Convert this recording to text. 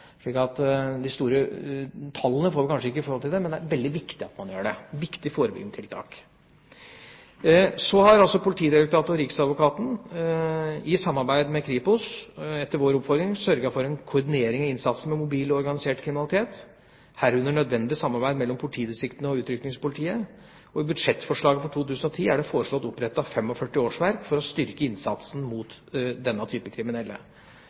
slik at de store tallene får vi kanskje ikke her. Men det er veldig viktig at man gjør det – det er et viktig forebyggende tiltak. Politidirektoratet og riksadvokaten har i samarbeid med Kripos – på vår oppfordring – sørget for en koordinering av innsatsen mot mobil organisert kriminalitet, herunder nødvendig samarbeid mellom politidistriktene og Utrykningspolitiet. I budsjettforslaget for 2010 er det foreslått opprettet 45 årsverk for å styrke innsatsen mot denne type kriminelle.